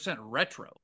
retro